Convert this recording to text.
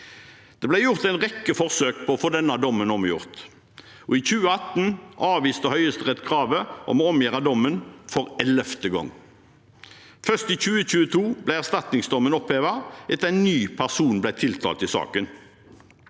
Det ble gjort en rekke forsøk på å få denne dommen omgjort, og i 2018 avviste Høyesterett kravet om å omgjøre dommen for ellevte gang. Først i 2022 ble erstatningsdommen opphevet etter at en ny person ble tiltalt i saken.